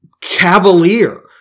cavalier